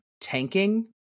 tanking